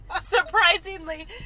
Surprisingly